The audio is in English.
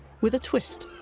with a twist.